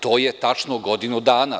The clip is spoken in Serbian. To je tačno godinu dana.